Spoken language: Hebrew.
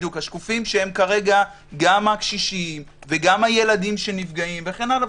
השקופים שהם כרגע גם הקשישים וגם הילדים שנפגעים וכן הלאה,